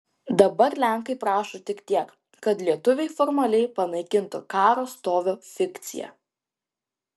dabar lenkai prašo tik tiek kad lietuviai formaliai panaikintų karo stovio fikciją